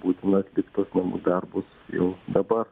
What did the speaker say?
būtina atlikt tuos namų darbus jau dabar